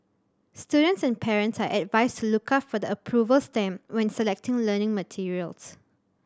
students and parents are advised to look out for the approval stamp when selecting learning materials